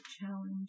challenge